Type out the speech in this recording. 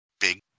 big